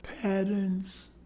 patterns